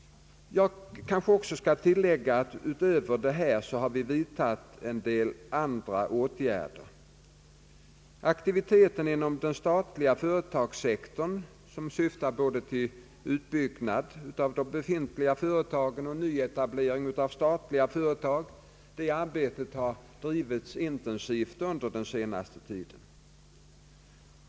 Jag skall kanske tillägga att utöver detta har vi vidtagit en del andra åtgärder. Aktiviteten inom den statliga företagssektorn, som syftar både till utbyggnad av de befintliga företagen och till nyetablering av statliga företag, har varit intensiv under den senaste tiden.